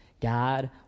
God